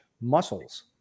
muscles